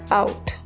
out